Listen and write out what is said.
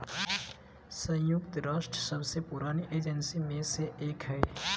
संयुक्त राष्ट्र सबसे पुरानी एजेंसी में से एक हइ